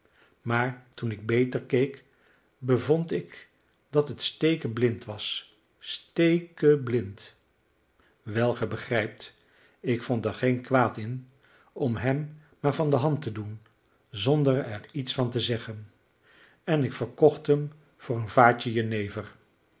maar toen ik beter keek bevond ik dat het stekeblind was stekeblind wel gij begrijpt ik vond er geen kwaad in om hem maar van de hand te doen zonder er iets van te zeggen en ik verkocht hem voor een vaatje jenever